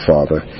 Father